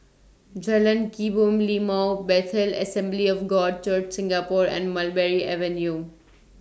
Jalan Kebun Limau Bethel Assembly of God Church Singapore and Mulberry Avenue